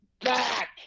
back